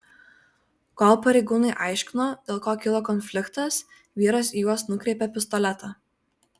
kol pareigūnai aiškino dėl ko kilo konfliktas vyras į juos nukreipė pistoletą